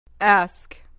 Ask